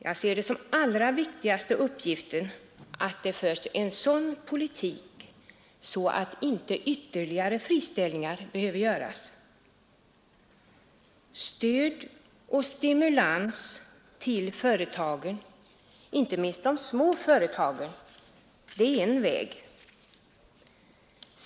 Jag ser det som den allra viktigaste uppgiften att det förs en sådan politik att inte ytterligare friställningar behöver göras. Stöd och stimulans till företagen, inte minst de små företagen, är en väg.